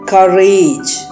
Courage